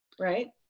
Right